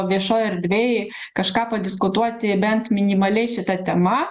viešoj erdvėj kažką padiskutuoti bent minimaliai šita tema